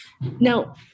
Now